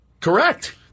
Correct